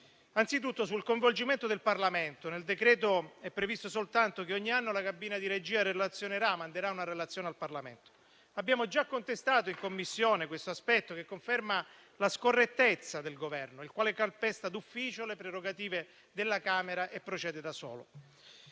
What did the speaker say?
Anzitutto, lo è sul coinvolgimento del Parlamento. Nel decreto è previsto soltanto che ogni anno la cabina di regia manderà una relazione al Parlamento. Abbiamo già contestato in Commissione questo aspetto, che conferma la scorrettezza del Governo, il quale calpesta d'ufficio le prerogative delle Camere e procede da solo.